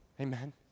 Amen